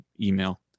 Email